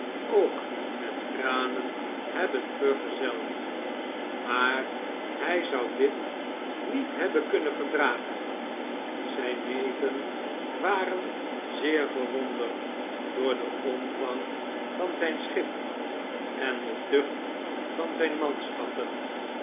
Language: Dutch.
ook met tranen hebben vergezeld maar hij zou dit niet hebben kunnen verdragen zijn neven waren zeer verwonderd door den omvang van zijn schip en de tucht van zyn manschappen